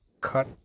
cut